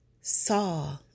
saw